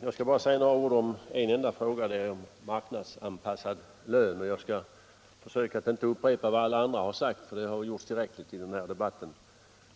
Jag skall bara säga några ord om en enda fråga, nämligen den marknadsanpassade lönen, och då skall jag försöka att inte upprepa vad tidigare talare redan anfört.